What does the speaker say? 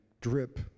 drip